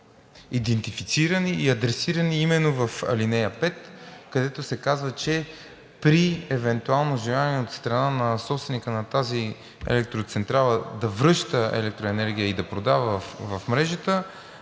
идентифицирани и адресирани именно в ал. 5, където се казва, че при евентуално желание от страна на собственика на тази електроцентрала да връща електроенергия и да продава в мрежата,